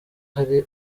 hari